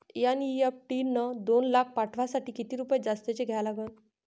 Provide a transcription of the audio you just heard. NEFT न दोन लाख पाठवासाठी किती रुपये जास्तचे द्या लागन?